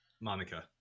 Monica